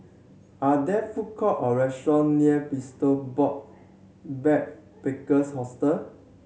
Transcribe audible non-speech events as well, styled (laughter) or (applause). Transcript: are there food court or restaurant near (unintelligible) Box Backpackers Hostel